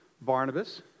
Barnabas